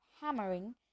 hammering